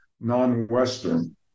non-Western